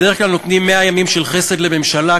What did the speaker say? בדרך כלל נותנים 100 ימים של חסד לממשלה,